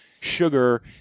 sugar